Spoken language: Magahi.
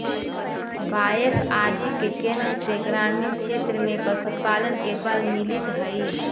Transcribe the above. बाएफ आदि के केन्द्र से ग्रामीण क्षेत्र में पशुपालन के बल मिलित हइ